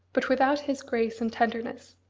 but without his grace and tenderness,